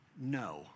No